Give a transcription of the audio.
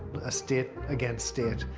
a state against state,